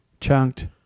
chunked